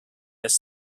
this